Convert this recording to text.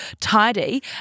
tidy